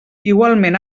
igualment